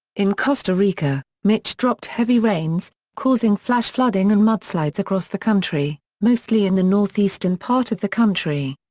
in costa rica, mitch dropped heavy rains, causing flash flooding and mudslides across the country, mostly in the northeastern part of the country.